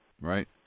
Right